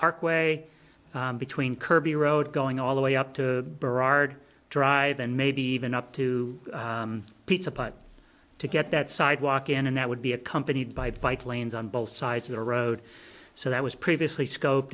parkway between kirby road going all the way up to berard drive and maybe even up to pizza putt to get that sidewalk in and that would be accompanied by bike lanes on both sides of the road so that was previously scope